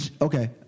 okay